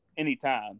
Anytime